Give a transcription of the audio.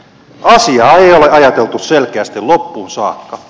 asiaa ei ole ajateltu selkeästi loppuun saakka